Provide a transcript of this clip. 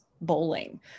bowling